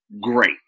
great